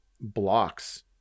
blocks